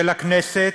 של הכנסת,